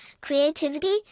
creativity